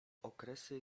okresy